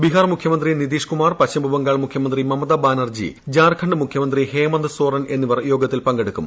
ബിഹാർ മുഖ്യമന്ത്രി നിതീഷ് കുമാർ പശ്ചിമ ബംഗാൾ മുഖ്യമന്ത്രി മമത ബാനർജി ജാർഖണ്ഡ് മുഖ്യമന്ത്രി ഹേമന്ത് സോറൻ എന്നിവർ യോഗത്തിൽ പങ്കെടുക്കും